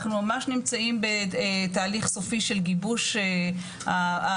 אנחנו ממש נמצאים בתהליך סופי של גיבוש המענים